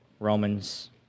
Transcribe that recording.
Romans